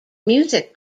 music